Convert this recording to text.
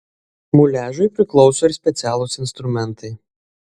muliažui priklauso ir specialūs instrumentai